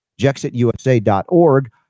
jexitusa.org